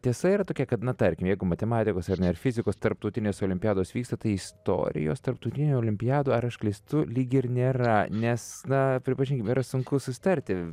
tiesa yra tokia kad na tarkim jeigu matematikos ar ne ar fizikos tarptautinės olimpiados vyksta tai istorijos tarptautinių olimpiadų ar aš klystu lyg ir nėra nes na pripažinkim yra sunku susitarti